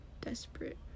desperate